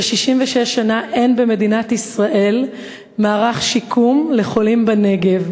ש-66 שנה אין במדינת ישראל מערך שיקום לחולים בנגב.